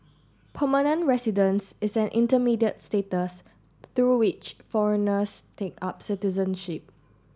permanent residence is an intermediate status through which foreigners take up citizenship